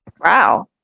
Wow